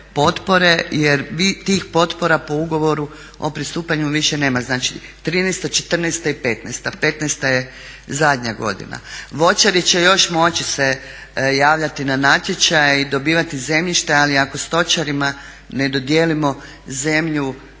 potpore jer tih potpora po ugovoru o pristupanju više nema. Znači, 2013., 2014. i 2015, 2015. je zadnja godina. Voćari će još moći se javljati na natječaje i dobivati zemljište, ali ako stočarima ne dodijelimo zemlju